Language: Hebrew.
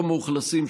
לא מאוכלסים,